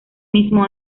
mismo